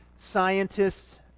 Scientists